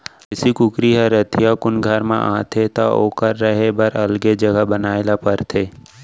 देसी कुकरी ह रतिहा कुन घर म आथे त ओकर रहें बर अलगे जघा बनाए ल परथे